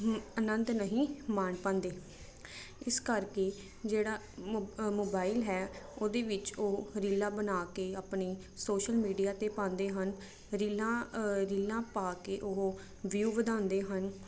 ਆਨੰਦ ਨਹੀਂ ਮਾਣ ਪਾਉਂਦੇ ਇਸ ਕਰਕੇ ਜਿਹੜਾ ਮੋ ਮੋਬਾਈਲ ਹੈ ਉਹਦੇ ਵਿੱਚ ਉਹ ਰੀਲਾਂ ਬਣਾ ਕੇ ਆਪਣੀ ਸੋਸ਼ਲ ਮੀਡੀਆ 'ਤੇ ਪਾਉਂਦੇ ਹਨ ਰੀਲਾਂ ਰੀਲਾਂ ਪਾ ਕੇ ਉਹ ਵਿਊ ਵਧਾਉਂਦੇ ਹਨ